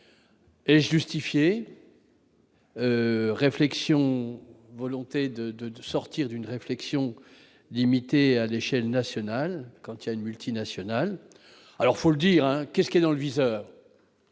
et justifiée. Réflexion volonté de, de, de sortir d'une réflexion limitée à l'échelle nationale quand il y a une multinationale alors faut le dire, hein, qu'est ce qui est dans le viseur,